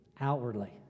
outwardly